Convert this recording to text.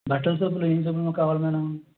బట్టల సబ్బులు ఏం సబ్బులు కావాలి మేడం